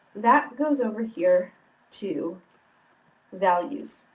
that goes over here to values.